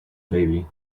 baby